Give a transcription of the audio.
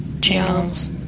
channels